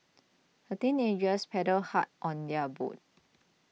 the teenagers paddled hard on their boat